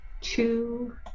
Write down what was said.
Two